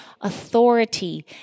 authority